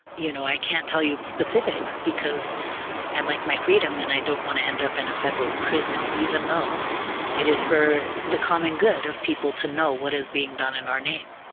you know i can't tell you specifics because i like my freedom and i don't want to end up in a federal prison, even though it is for the common good of people to know what is being done in our name.